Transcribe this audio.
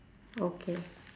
okay